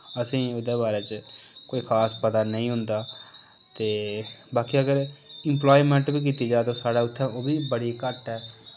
असें ओह्दे बारे च कोई खास पता नेईं होंदा ते बाकी अगर इम्प्लायमेंट बी कीती जा साढ़े उत्थै ते ओह् बी बड़ी घट्ट ऐ